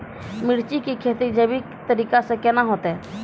मिर्ची की खेती जैविक तरीका से के ना होते?